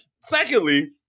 Secondly